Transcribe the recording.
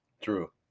True